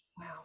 Wow